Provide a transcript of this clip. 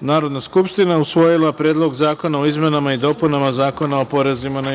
Narodna skupština usvojila Predlog zakona o izmenama i dopunama Zakona o porezima na